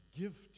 give